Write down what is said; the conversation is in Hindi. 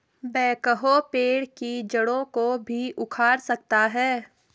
बैकहो पेड़ की जड़ों को भी उखाड़ सकता है